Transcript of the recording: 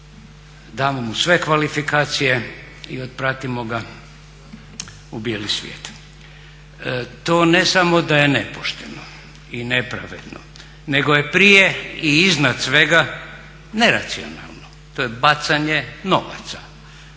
damo mu sve kvalifikacije i otpratimo ga u bijeli svijet. To ne samo da je nepošteno i nepravedno nego je prije i iznad svega neracionalno, to je bacanje novaca.